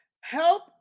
help